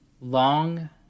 long